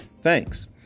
thanks